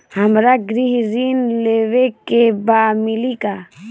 हमरा गृह ऋण लेवे के बा मिली का?